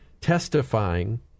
testifying